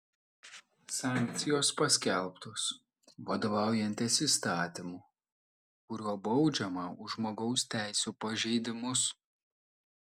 sankcijos paskelbtos vadovaujantis įstatymu kuriuo baudžiama už žmogaus teisių pažeidimus